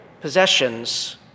possessions